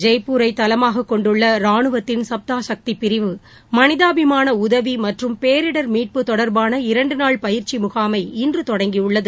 ஜெய்ப்பூரைதலமாககொண்டுள்ளராணுவத்தின் ராஜஸ்தான் தலைநகர் சப்தாசக்திபிரிவு மனிதாபிமானஉதவிமற்றும் பேரிடர் மீட்பு தொடர்பான இரண்டுநாள் பயிற்சிமுகாமை இன்றுதொடங்கியுள்ளது